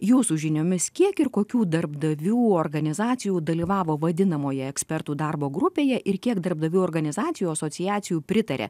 jūsų žiniomis kiek ir kokių darbdavių organizacijų dalyvavo vadinamoje ekspertų darbo grupėje ir kiek darbdavių organizacijų asociacijų pritaria